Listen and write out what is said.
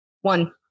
One